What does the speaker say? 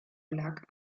blak